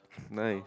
nice